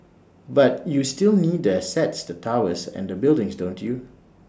but you still need the assets the towers and the buildings don't you